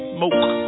Smoke